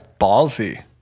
ballsy